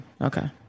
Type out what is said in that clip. Okay